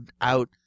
out